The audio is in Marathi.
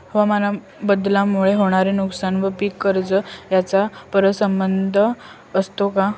हवामानबदलामुळे होणारे नुकसान व पीक कर्ज यांचा परस्पर संबंध असतो का?